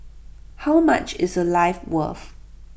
how much is A life worth